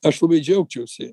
aš labai džiaugčiausi